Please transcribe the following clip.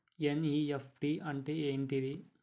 NEFT అంటే ఏంటిది?